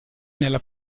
nella